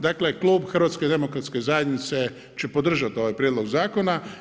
Dakle klub HDZ-a će podržati ovaj prijedlog zakona.